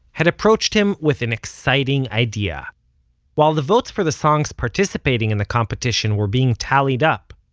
had approached him with an exciting idea while the votes for the songs participating in the competition were being tallied up,